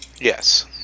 Yes